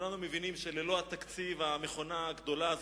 וכולנו מבינים שללא התקציב המכונה הגדולה הזאת,